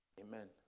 Amen